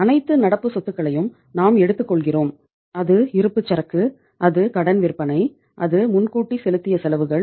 அனைத்து நடப்பு சொத்துகளையும் நாம் எடுத்துக்கொள்கிறோம் அது இருப்புச்சரக்கு அது கடன் விற்பனை அது முன்கூட்டி செலுத்திய செலவுகள்